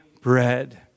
bread